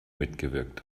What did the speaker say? mitgewirkt